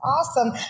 awesome